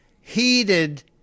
heated